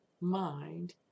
mind